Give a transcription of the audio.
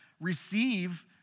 receive